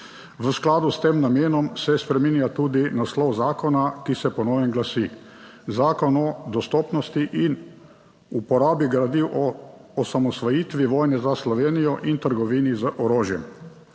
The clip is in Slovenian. V skladu s tem namenom se spreminja tudi naslov zakona, ki se po novem glasi Zakon o dostopnosti in uporabi gradiv o osamosvojitveni vojni za Slovenijo in trgovini z orožjem.